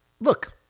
look